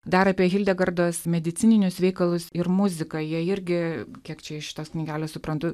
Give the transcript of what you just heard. dar apie hildegardos medicininius veikalus ir muziką jie irgi kiek čia iš šitos knygelės suprantu